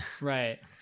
Right